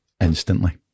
instantly